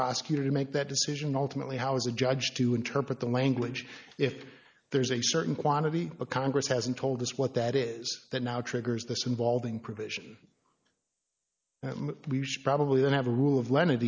prosecutor to make that decision ultimately how as a judge to interpret the language if there's a certain quantity of congress hasn't told us what that is that now triggers this involving provision that we probably don't have a rule of len